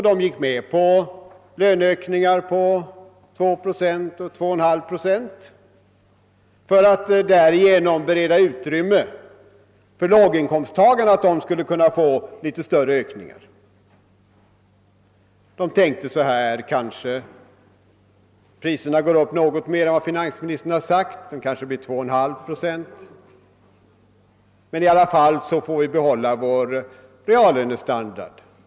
De gick med på löneökningar på 2 eller 2,5 procent för att därigenom bereda utrymme för en litet större ökning åt låginkomsttagarna. Kanske tänkte de så här: »Priserna går upp något mer än vad finansministern har sagt, kan hända med 2,5 procent, men i alla fall får vi behålla vår reallönestandard.